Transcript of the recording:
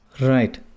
right